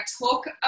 talk